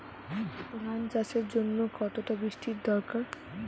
ধান চাষের জন্য কতটা বৃষ্টির দরকার?